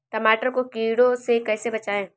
टमाटर को कीड़ों से कैसे बचाएँ?